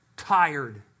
tired